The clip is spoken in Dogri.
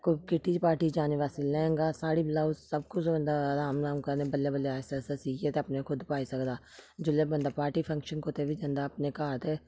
कोई किट्टी च पार्टी च जाने बास्तै लैंह्गा साड़ी ब्लौज सब कुछ बंदा अराम अराम कन्नै बल्लें बल्लें आहिस्ता आहिस्ता सिक्खियै ते अपने खुद पाई सकदा जुल्लै बंदा पार्टी फंक्शन कुतै बी जंदा अपने घर ते